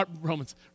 Romans